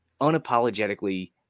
unapologetically